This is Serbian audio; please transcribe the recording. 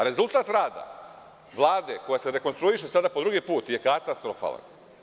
Rezultat rada Vlade koja se rekonstruiše sada po drugi put je katastrofalan.